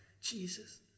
Jesus